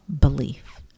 belief